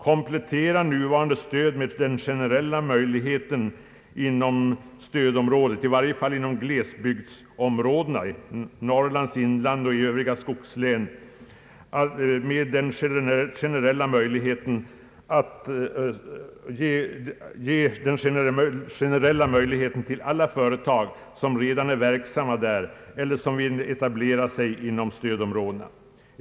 Komplettera nuvarande stöd med att ge generella möjligheter till alla företag, som redan är verksamma eller vill etablera sig inom stödområdet, i varje fall inom glesbygdsområdena i Norrlands inland och övriga skogslän.